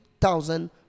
thousand